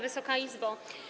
Wysoka Izbo!